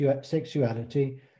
sexuality